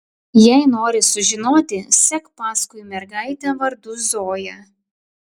jei nori sužinoti sek paskui mergaitę vardu zoja